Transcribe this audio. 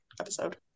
episode